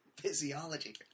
Physiology